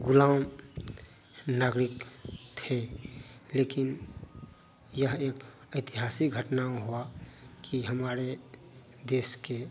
गुलाम नागरिक थे लेकिन यह एक ऐतिहासिक घटना हुआ कि हमारे देश के